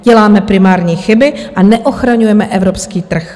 Děláme primární chyby a neochraňujeme evropský trh.